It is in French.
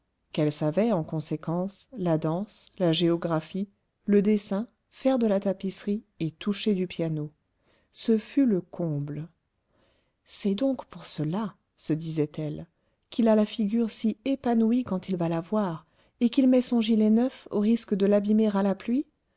qu'elle savait en conséquence la danse la géographie le dessin faire de la tapisserie et toucher du piano ce fut le comble c'est donc pour cela se disait-elle qu'il a la figure si épanouie quand il va la voir et qu'il met son gilet neuf au risque de l'abîmer à la pluie